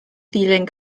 ddilyn